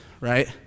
right